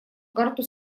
карту